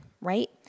right